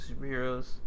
Superheroes